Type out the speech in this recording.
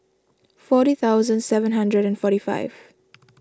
forty thousand seven hundred and forty five